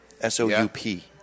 S-O-U-P